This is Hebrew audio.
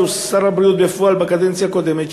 שהיה שר הבריאות בפועל בקדנציה הקודמת,